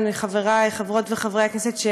חברי חברות וחברי הכנסת,